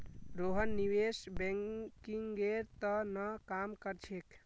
रोहन निवेश बैंकिंगेर त न काम कर छेक